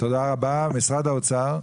משרד האוצר.